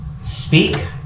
speak